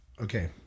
Okay